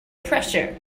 pressure